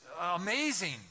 amazing